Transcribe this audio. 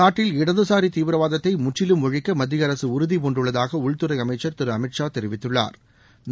நாட்டில் இடதுசாரி தீவிரவாதத்தை முற்றிலும் ஒழிக்க மத்திய அரசு உறுதிபூண்டுள்ளதாக உள்துறை அமைச்சா் திரு அமித் ஷா தெரிவித்துள்ளாா்